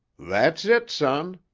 that's it, son,